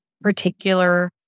particular